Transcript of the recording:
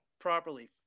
properly